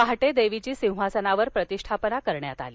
पहाटे देवीची सिंहासनावर प्रतिष्ठापना करण्यात आली